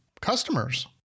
customers